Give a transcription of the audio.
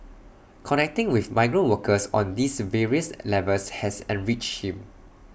connecting with migrant workers on these various levels has enriched him